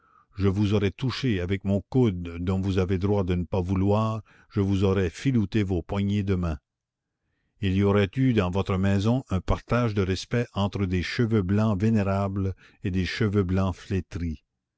je vous aurais touché avec mon coude dont vous avez droit de ne pas vouloir je vous aurais filouté vos poignées de main il y aurait eu dans votre maison un partage de respect entre des cheveux blancs vénérables et des cheveux blancs flétris